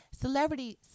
Celebrities